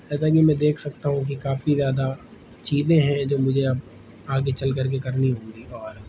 جیسا کہ میں دیکھ سکتا ہوں کہ کافی زیادہ چیزیں ہیں جو مجھے اب آگے چل کر کے کرنی ہوں گی اور